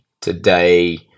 Today